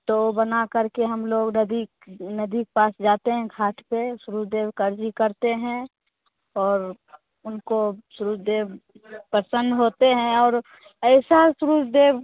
तो बना कर के हम लोग नदी नदी के पास जाते हैं हाथ पर सूरज देव करली करते हैं और उनको सूरज देव पसंद होते हैं और ऐसा सूरज देव